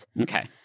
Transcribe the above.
Okay